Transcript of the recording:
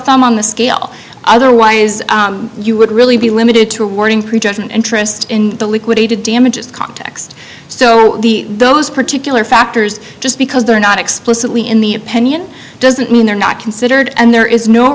thumb on the scale otherwise you would really be limited to wording prejudgment interest in the liquidated damages context so the those particular factors just because they're not explicitly in the opinion doesn't mean they're not considered and there is no